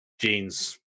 jeans